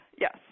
yes